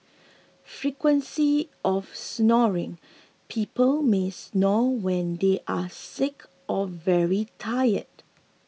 frequency of snoring people may snore when they are sick or very tired